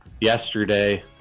yesterday